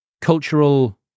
cultural